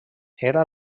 era